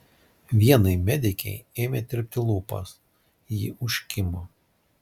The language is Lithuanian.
vienai medikei ėmė tirpti lūpos ji užkimo